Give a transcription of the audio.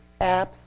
Apps